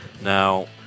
Now